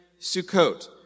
Sukkot